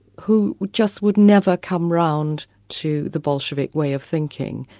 who just would never come round to the bolshevik way of thinking.